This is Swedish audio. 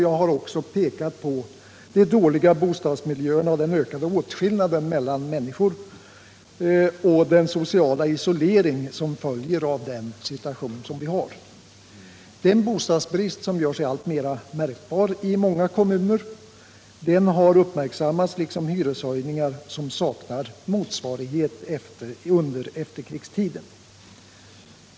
Jag har också pekat på de dåliga bostadsmiljöerna och på den ökade åtskillnad mellan människorna och den sociala isolering som följer av den situation vi har. Den bostadsbrist som gör sig alltmer märkbar i många kommuner har uppmärksammats, liksom hyreshöjningar som saknar motsvarighet under efterkrigstiden.